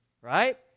right